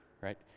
right